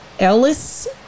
ellis